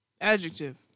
Adjective